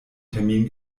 termin